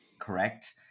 Correct